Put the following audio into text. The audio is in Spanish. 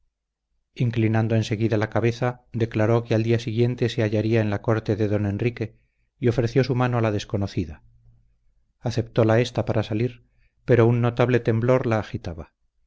inclinando en seguida la cabeza declaró que al día siguiente se hallaría en la corte de don enrique y ofreció su mano a la desconocida aceptóla ésta para salir pero un notable temblor la agitaba